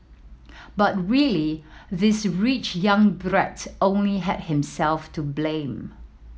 but really this rich young brat only had himself to blame